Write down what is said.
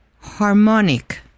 harmonic